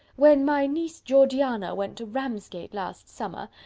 when my niece georgiana went to ramsgate last summer,